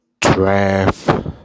draft